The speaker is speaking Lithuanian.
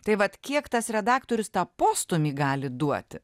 tai vat kiek tas redaktorius tą postūmį gali duoti